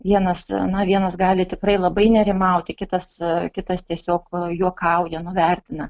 vienas na vienas gali tikrai labai nerimauti kitas kitas tiesiog juokauja nuvertina